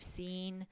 seen